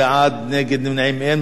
נגד, נמנעים, אין.